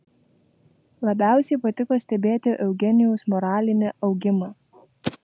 labiausiai patiko stebėti eugenijaus moralinį augimą